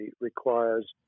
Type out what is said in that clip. requires